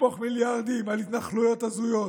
לשפוך מיליארדים על התנחלויות הזויות,